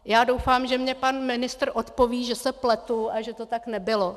Já doufám, že mě pan ministr odpoví, že se pletu a že to tak nebylo.